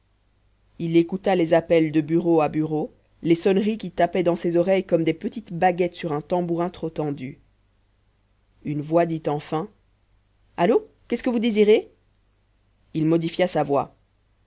il écouta les appels de bureau à bureau les sonneries qui tapaient dans ses oreilles comme des petites baguettes sur un tambourin trop tendu une voix dit enfin allô qu'est-ce que vous désirez il modifia sa voix